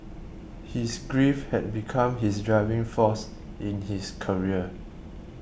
his grief had become his driving force in his career